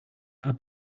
are